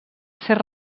ser